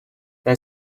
they